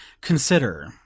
consider